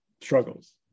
struggles